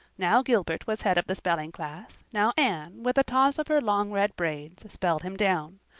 now gilbert was head of the spelling class now anne, with a toss of her long red braids, spelled him down.